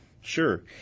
Sure